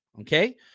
okay